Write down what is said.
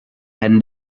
and